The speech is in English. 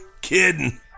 Kidding